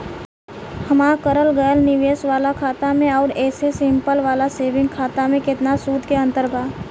हमार करल गएल निवेश वाला खाता मे आउर ऐसे सिंपल वाला सेविंग खाता मे केतना सूद के अंतर बा?